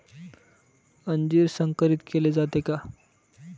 अंजीर संकरित केले जाते का?